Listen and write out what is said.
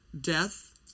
death